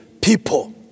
people